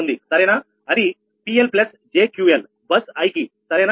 అది 𝑃𝐿 𝑗𝑄𝐿 బస్ i కి అవునా